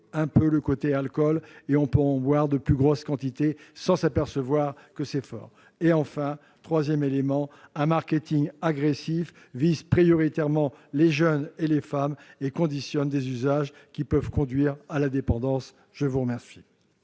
un peu celui de l'alcool : on peut en boire de plus grosses quantités sans s'apercevoir que c'est fort. Enfin, un marketing agressif vise prioritairement les jeunes et les femmes, conditionnant des usages qui peuvent conduire à la dépendance. La parole